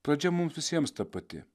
pradžia mums visiems ta pati